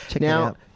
Now